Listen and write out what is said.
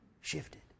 shifted